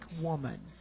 woman